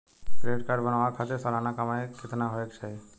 Credit card बनवावे खातिर सालाना कमाई कितना होए के चाही?